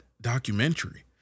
documentary